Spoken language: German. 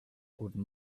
guten